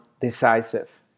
decisive